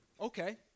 okay